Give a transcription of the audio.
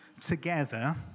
together